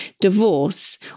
divorce